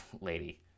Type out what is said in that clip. lady